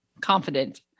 confident